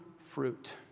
fruit